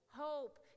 hope